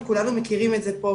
וכולנו מכירים את זה פה,